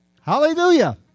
Hallelujah